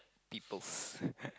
peoples'